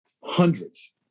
Hundreds